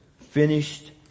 finished